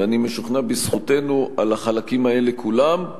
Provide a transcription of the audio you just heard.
ואני משוכנע בזכותנו על החלקים האלה כולם,